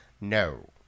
no